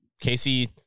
Casey